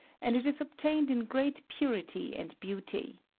and it is obtain ed in great purity and beauty.